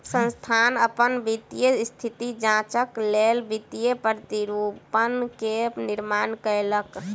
संस्थान अपन वित्तीय स्थिति जांचक लेल वित्तीय प्रतिरूपण के निर्माण कयलक